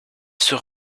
sur